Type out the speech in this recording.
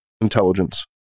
intelligence